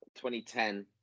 2010